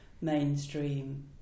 mainstream